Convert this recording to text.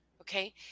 Okay